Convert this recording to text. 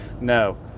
no